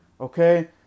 okay